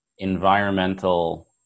environmental